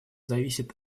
зависит